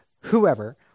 Whoever